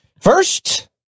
First